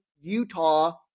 Utah